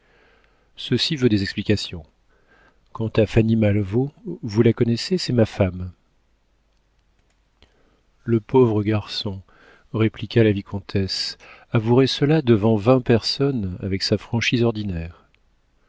ceci veut des explications quant à fanny malvaut vous la connaissez c'est ma femme le pauvre garçon répliqua la vicomtesse avouerait cela devant vingt personnes avec sa franchise ordinaire